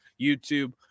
youtube